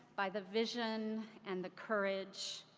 by the vision and the courage,